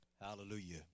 Hallelujah